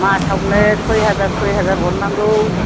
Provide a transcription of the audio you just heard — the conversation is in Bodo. मासआवनो सय हाजार हरनांगौ